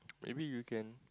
maybe you can